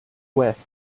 west